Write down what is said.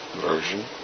version